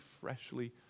freshly